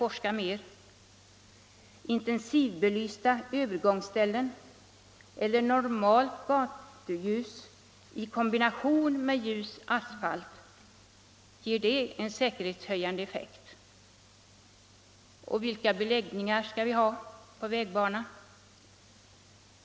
Ger intensivbelysta övergångsställen eller normalt gatljus i kombination med ljus asfalt en säkerhetshöjande effekt? Vilka vägbeläggningar skall användas?